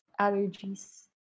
allergies